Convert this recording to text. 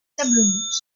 sablonneuses